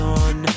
on